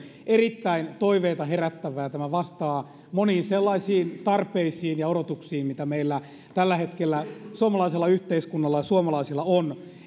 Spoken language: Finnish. erittäin toiveita herättävä ja tämä vastaa moniin sellaisiin tarpeisiin ja odotuksiin mitä tällä hetkellä suomalaisella yhteiskunnalla ja suomalaisilla on